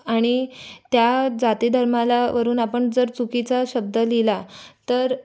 आणि त्या जाती धर्माला वरून आपण जर चुकीचा शब्द लिहिला तर